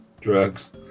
drugs